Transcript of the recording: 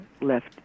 left